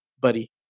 buddy